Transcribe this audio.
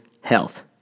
health